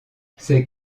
ces